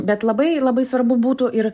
bet labai labai svarbu būtų ir